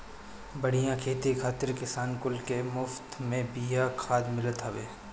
बढ़िया खेती खातिर किसान कुल के मुफत में बिया खाद मिलत हवे